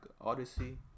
Odyssey